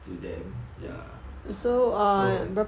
to them ya so